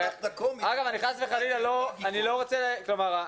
אתנחתה קומית אני חושב שזה תיאור טוב.